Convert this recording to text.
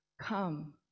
come